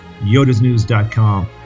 yodasnews.com